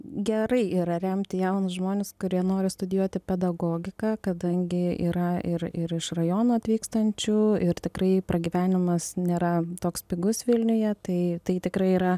gerai yra remti jaunus žmones kurie nori studijuoti pedagogiką kadangi yra ir ir iš rajonų atvykstančių ir tikrai pragyvenimas nėra toks pigus vilniuje tai tai tikrai yra